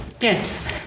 yes